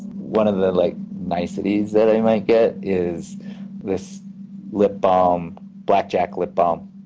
one of the like niceties that i might get is this lip balm, black jack lip balm.